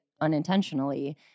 unintentionally